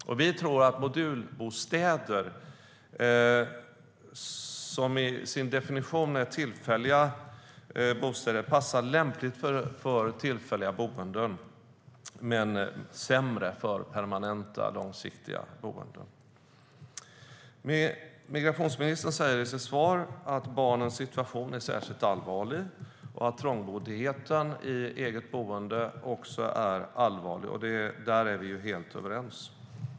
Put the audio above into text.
Vi tror att modulbostäder, som i sin definition är tillfälliga bostäder, är lämpliga för tillfälliga boenden men sämre för permanenta och långsiktiga boenden. Migrationsministern säger i sitt svar att barnens situation är särskilt allvarlig och att trångboddheten i eget boende också är allvarlig. Där är vi helt överens.